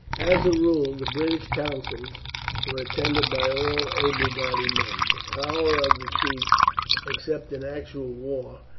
as a rule, the british councils were attended by all able bodied men. the power of the chiefs except in actual war,